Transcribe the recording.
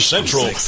Central